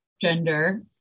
gender